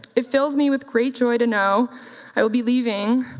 it feels me with great joy to know i will be leaving,